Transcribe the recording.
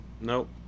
nope